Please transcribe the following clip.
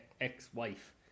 ex-wife